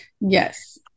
Yes